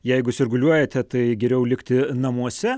jeigu sirguliuojate tai geriau likti namuose